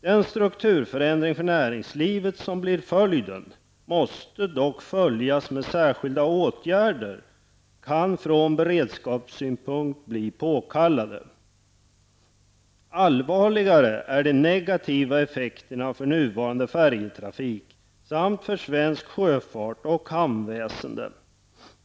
Den strukturförändring för näringslivet som blev följden måste dock följas och särskilda åtgärder kan från beredskapssynpunkt bli påkallade. Allvarligare är de negativa effekterna för nuvarande färjetrafik samt för svensk sjöfart och hamnväsende.